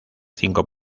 cinco